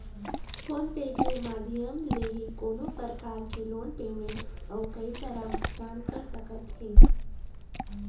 phone पे के माधियम ले ही कोनो परकार के लोन पेमेंट अउ कई तरह भुगतान कर सकत हे